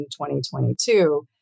2022